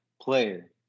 player